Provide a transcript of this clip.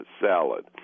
salad